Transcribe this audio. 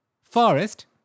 Forest